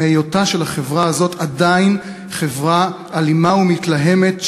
מהיות החברה הזאת עדיין חברה אלימה ומתלהמת,